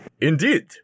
Indeed